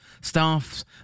staffs